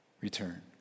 return